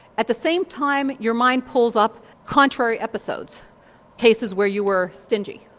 at the same time your mind pulls up contrary episodes cases where you were stingy.